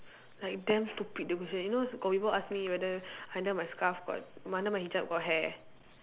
like damn stupid the question you know got people ask me whether under my scarf got under my hijab got hair